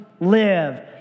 live